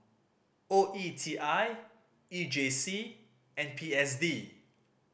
O E T I E J C and P S D